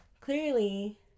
clearly